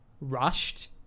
rushed